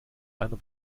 einer